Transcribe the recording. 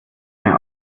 mehr